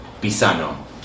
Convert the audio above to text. Pisano